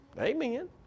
Amen